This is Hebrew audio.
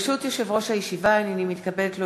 ברשות יושב-ראש הישיבה, הנני מתכבדת להודיעכם,